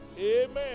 Amen